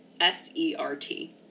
S-E-R-T